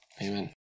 Amen